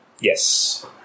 Yes